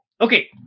Okay